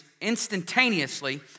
instantaneously